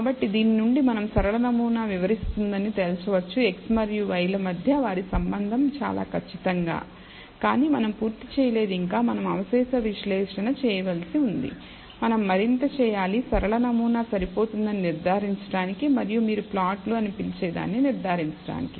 కాబట్టి దీని నుండి మనం సరళ నమూనా వివరిస్తుందని తేల్చవచ్చు x మరియు y ల మధ్య వారి సంబంధం చాలా ఖచ్చితంగా కానీ మనం పూర్తి చేయలేదు ఇంకా మనం అవశేష విశ్లేషణ చేయవలసి ఉంది మనం మరింత చేయాలి సరళ నమూనా సరిపోతుందని నిర్ధారించడానికి మరియు మీరు ప్లాట్లు అని పిలిచేదాన్నినిర్ధారించడానికి